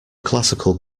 classical